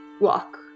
walk